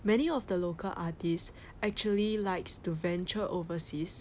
many of the local artist actually likes to venture overseas